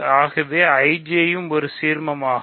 ஆகவே IJ ஒரு சீர்மமாகும்